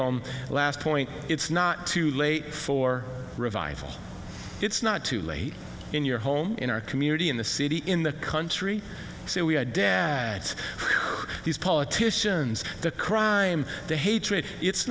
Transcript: on last point it's not too late for revival it's not too late in your home in our community in the city in the country so we had dad these politicians the crime the hatred it's